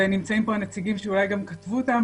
ונמצאים פה הנציגים שאולי כתבו אותם